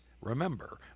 remember